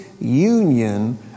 union